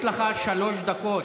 יש לך שלוש דקות,